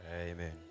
Amen